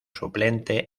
suplente